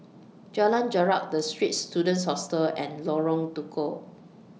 Jalan Jarak The Straits Students Hostel and Lorong Tukol